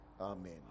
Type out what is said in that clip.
Amen